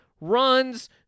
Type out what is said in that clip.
runs